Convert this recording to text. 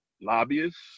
Lobbyists